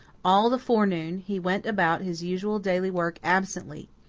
all the forenoon he went about his usual daily work absently.